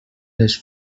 les